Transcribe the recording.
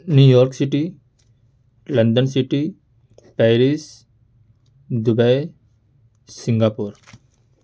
new York City London City Paris Dubai Singapore